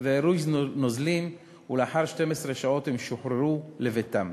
ועירוי נוזלים, ולאחר 12 שעות הם שוחררו לביתם.